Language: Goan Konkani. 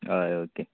हय ओके